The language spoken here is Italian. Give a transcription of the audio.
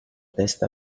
testa